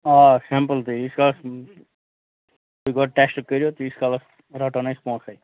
آ سمپٕل تہِ یِیٖتس کالَس تُہۍ گۄڈٕ ٹٮ۪سٹ کٔرِو تہٕ تیٖتس کالَس رَٹو نہٕ أسۍ پونٛسے